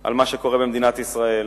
על מה שקורה במדינת ישראל,